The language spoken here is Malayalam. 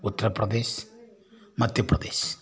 ഉത്തർ പ്രദേശ് മദ്ധ്യപ്രദേശ്